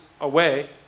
away